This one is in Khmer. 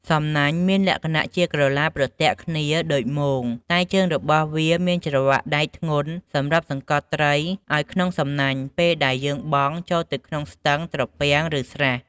សំណាញ់់មានលក្ខណៈជាក្រឡាប្រទាក់គ្នាដូចមោងតែជើងរបស់វាមានច្រវាក់ដែកធ្ងន់សម្រាប់សង្កត់ត្រីឲ្រក្នុងសំណាញ់ពេលដែលយើងបង់ចូលទៅក្នុងស្ទឹង ត្រពាំង ឬស្រះ។